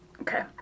Okay